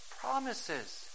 promises